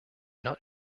not